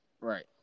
Right